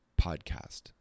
podcast